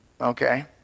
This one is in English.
Okay